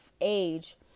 age